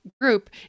group